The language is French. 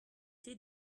été